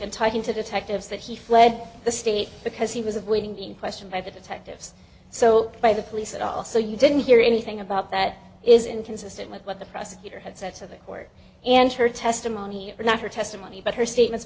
in talking to detectives that he fled the state because he was avoiding being questioned by the detectives so by the police that also you didn't hear anything about that is inconsistent with what the prosecutor had said to the court and her testimony not her testimony but her statements